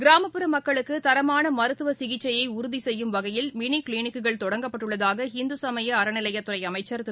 கிராமப்புற மக்களுக்கு தரமான மருத்துவ சிகிச்சையை உறுதி செய்யும் வகையில் மினி கிளினிக்குகள் தொடங்கப்பட்டுள்ளதாக இந்து சமய அறநிலையத்துறை அமைச்சர் திரு